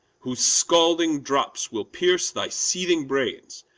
whose scalding drops will pierce thy seething brains,